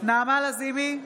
נעמה לזימי,